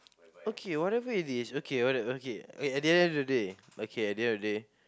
okay whatever is its okay at the end of the day at the end of the day